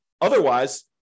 Otherwise